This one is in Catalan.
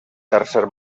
tercer